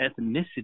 ethnicity